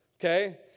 okay